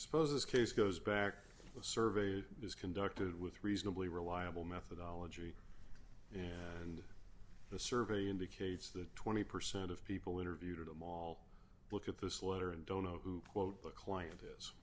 suppose this case goes back to the survey that was conducted with reasonably reliable methodology and the survey indicates that twenty percent of people interviewed at a mall look at this letter and don't know who quote the client is